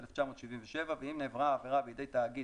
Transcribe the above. התשל"ז-1977 ואם נעברה העבירה בידי תאגיד